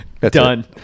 done